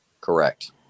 Correct